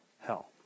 hell